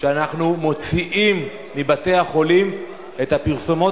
שאנחנו מוציאים מבתי-החולים את הפרסומות